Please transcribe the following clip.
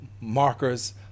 markers